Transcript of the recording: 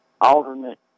alternate